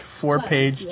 four-page